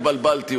התבלבלתי,